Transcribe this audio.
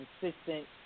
consistent